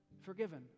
forgiven